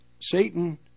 Satan